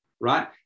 right